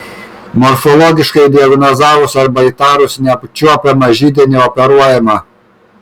morfologiškai diagnozavus arba įtarus neapčiuopiamą židinį operuojama